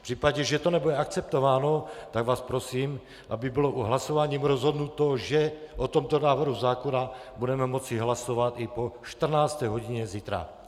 V případě, že to nebude akceptováno, tak vás prosím, aby bylo hlasováním rozhodnuto, že o tomto návrhu zákona budeme moci hlasovat i po 14. hodině zítra.